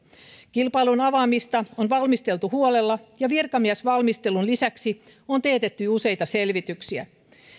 kilpailun avaamista on valmisteltu huolella ja virkamiesvalmistelun lisäksi on teetetty useita selvityksiä